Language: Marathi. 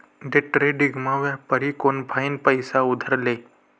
डेट्रेडिंगमा व्यापारी कोनफाईन पैसा उधार ले